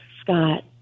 Scott